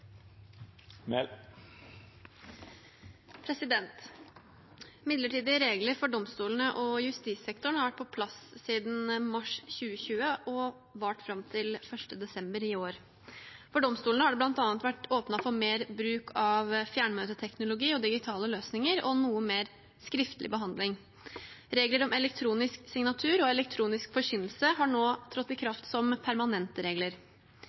Midlertidige regler for domstolene og justissektoren har vært på plass siden mars 2020 og har vart fram til 1. desember i år. For domstolene har det bl.a. vært åpnet for mer bruk av fjernmøteteknologi og digitale løsninger og noe mer skriftlig behandling. Regler om elektronisk signatur og elektronisk forkynnelse har nå trådt i kraft som permanente regler.